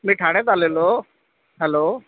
मी ठाण्यात आलेलो हॅलो